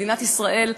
מדינת ישראל,